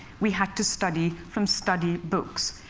we had to study from study books.